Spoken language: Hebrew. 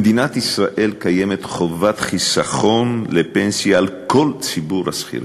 במדינת ישראל קיימת חובת חיסכון לפנסיה על כל ציבור השכירים,